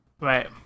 Right